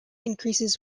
increases